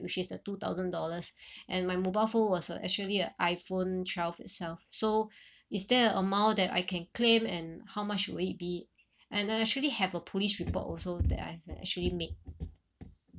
which is a two thousand dollars and my mobile phone was a actually a iphone twelve itself so is there an amount that I can claim and how much would it be and I actually have a police report also that I have actually made